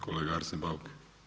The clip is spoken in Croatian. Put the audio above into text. Kolega Arsen Bauk.